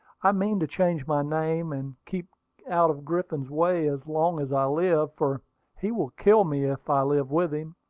i mean to change my name, and keep out of griffin's way as long as i live, for he will kill me if i live with him.